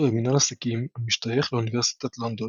למינהל עסקים המשתייך לאוניברסיטת לונדון.